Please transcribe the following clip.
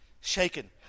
shaken